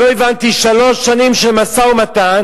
ולא הבנתי, שלוש שנים של משא-ומתן,